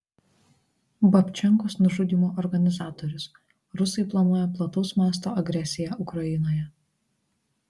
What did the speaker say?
babčenkos nužudymo organizatorius rusai planuoja plataus masto agresiją ukrainoje